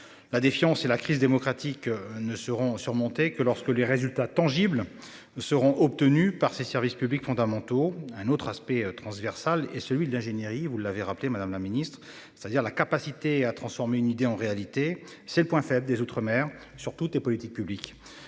La défiance et la crise démocratique ne seront surmontés que lorsque les résultats tangibles nous serons obtenus par ses services publics fondamentaux, un autre aspect transversal et celui de l'ingénierie, vous l'avez rappelé Madame la Ministre, c'est-à-dire la capacité à transformer une idée en réalité. C'est le point faible des Outre-mer sur toutes les politiques publiques,